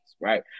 right